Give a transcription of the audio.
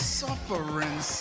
suffering